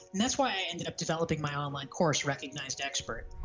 that's why i ended up developing my online course recognized expert.